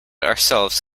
ourselves